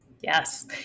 Yes